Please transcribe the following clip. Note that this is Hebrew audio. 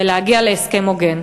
ולהגיע להסכם הוגן.